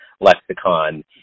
lexicon